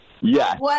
Yes